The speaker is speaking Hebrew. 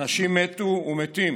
אנשים מתו ומתים